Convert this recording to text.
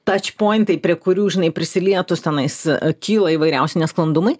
tačpointai prie kurių žinai prisilietus tenais kyla įvairiausi nesklandumai